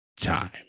time